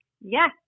Yes